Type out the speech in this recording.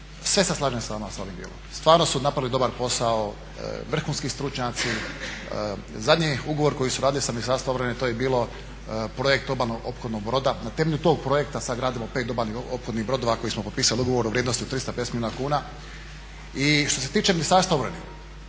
Sve se slažem s vama s ovim djelom, stvarno su napravili dobar posao, vrhunski stručnjaci. Zadnji ugovor koji su radili s Ministarstvom obrane to je bio projekt obalnog ophodnog broda. Na temelju tog projekta sagradimo pet obalnih ophodnih brodova, koji smo potpisali ugovorom u vrijednosti od 350 milijuna kuna. I što se tiče Ministarstva